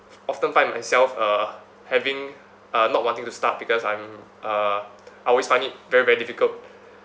often find myself uh having uh not wanting to start because I'm uh I always find it very very difficult